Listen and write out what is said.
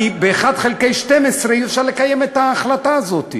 כי ב-1 חלקי 12 אי-אפשר לקיים את ההחלטה הזו.